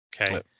okay